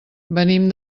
venim